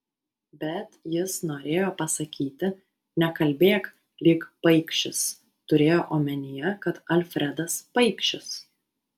bet jis norėjo pasakyti nekalbėk lyg paikšis turėjo omenyje kad alfredas paikšis